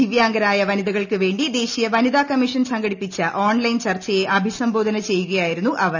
ദിവ്യാംഗരായ വനിതകൾക്ക് വേണ്ടി ദേശീയ വനിത കമ്മീഷൻ സംഘടിപ്പിച്ച ഓൺലൈൻ ചർച്ചയെ അഭിസംബോധന ചെയ്യുകയായിരുന്നു അവർ